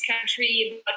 country